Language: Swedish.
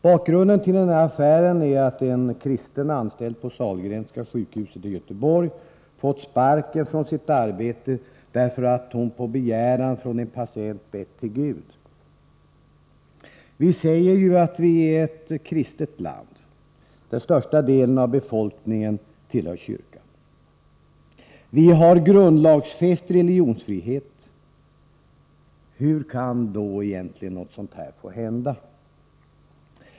Bakgrunden till denna affär är att en kristen anställd på Sahlgrenska sjukhuset i Göteborg fått sparken från sitt arbete därför att hon på begäran av en patient har bett till Gud. Vi säger att Sverige är ett kristet land, där största delen av befolkningen tillhör kyrkan. Vi har grundlagsfäst religionsfrihet. Hur kan då egentligen något sådant här få hända?